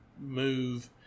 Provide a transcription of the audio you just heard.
move